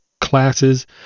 classes